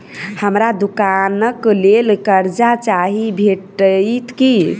हमरा दुकानक लेल कर्जा चाहि भेटइत की?